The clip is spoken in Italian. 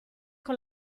con